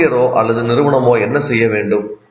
ஆசிரியரோ அல்லது நிறுவனமோ என்ன செய்ய வேண்டும்